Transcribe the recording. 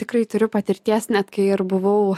tikrai turiu patirties net kai ir buvau